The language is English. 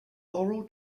oral